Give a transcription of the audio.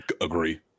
agree